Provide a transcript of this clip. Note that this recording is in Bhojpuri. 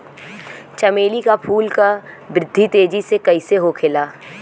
चमेली क फूल क वृद्धि तेजी से कईसे होखेला?